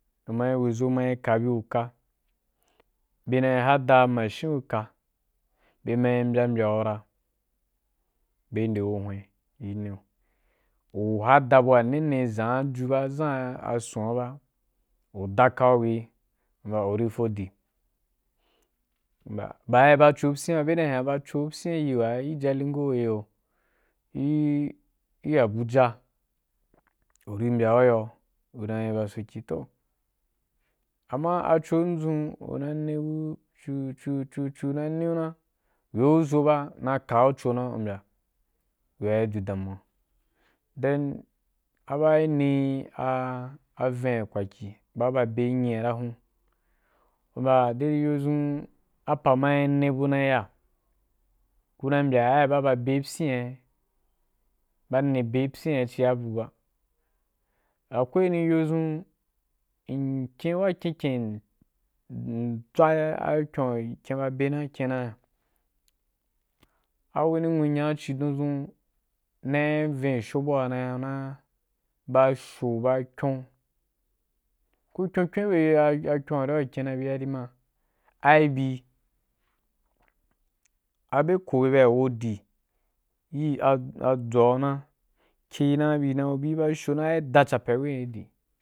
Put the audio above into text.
U mai we ʒo mai kabi uka bena haɗa mashin gi uka bema mbya mbyaura be ndeu hwen be ne nneu u hada bua nene ʒan ju ba ʒan ason ba u dakau wee mbya u ri fo di baa i ba co pyina ba be dan i ba con pyina iri wa gi jalingo giyo i abuja u ri mbyan yoa u dam ba soki toh amma aco dʒun u na ne bu cu cu na u weu ʒo ba u na kau co na u yai du damuwa then aba ne aven wa kwakyi ba ba be nyina ra hun dede yodʒun apa mai ne bu na ya kuna mbya ai ba be pyina ba ne be pyina hia bu ba, akwai wan yondʒun m kyen wa kyenkyen m dʒwa kyon wa kyen ba be na kyen yaa a wani nwu nyau ci don dʒun ne vensho bua na ya na ba sho ba kyon ku kyon kyon ki bye a kyon wari ku kyen na bi du ma a bi a bye koh a byea wodi yii adʒoa na ku bi basho na a da japea wei ki dii.